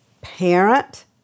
parent